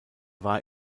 war